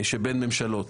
שבין ממשלות.